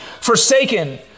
Forsaken